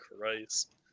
Christ